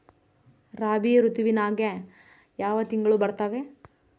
ರಾಬಿ ಋತುವಿನ್ಯಾಗ ಯಾವ ತಿಂಗಳು ಬರ್ತಾವೆ?